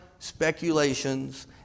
speculations